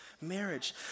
marriage